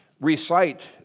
recite